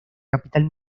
capital